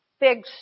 big